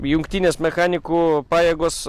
jungtinės mechanikų pajėgos